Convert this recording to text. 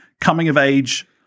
coming-of-age